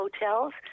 hotels